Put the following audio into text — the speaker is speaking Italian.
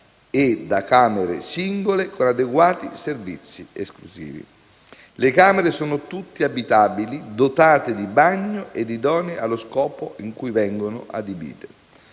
e da camere singole, con adeguati servizi esclusivi. Le camere sono tutte abitabili, dotate di bagno ed idonee allo scopo cui vengono adibite.